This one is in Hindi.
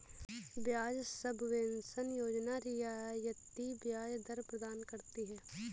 ब्याज सबवेंशन योजना रियायती ब्याज दर प्रदान करती है